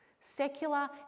secular